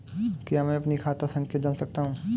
क्या मैं अपनी खाता संख्या जान सकता हूँ?